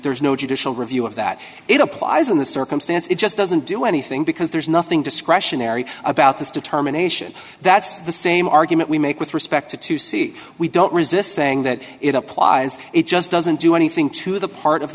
there's no judicial review of that it applies in this circumstance it just doesn't do anything because there's nothing discretionary about this determination that's the same argument we make with respect to to see we don't resist saying that it applies it just doesn't do anything to the part of